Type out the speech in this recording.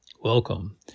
Welcome